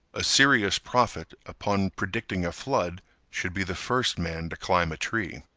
a serious prophet upon predicting a flood should be the first man to climb a tree.